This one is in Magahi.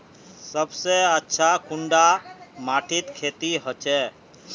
सबसे अच्छा कुंडा माटित खेती होचे?